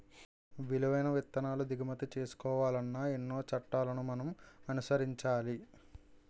విలువైన విత్తనాలు దిగుమతి చేసుకోవాలన్నా ఎన్నో చట్టాలను మనం అనుసరించాలి